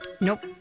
Nope